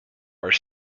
are